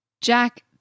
Jack